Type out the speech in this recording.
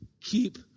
keep